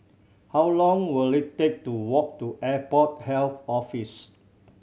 how long will it take to walk to Airport Health Office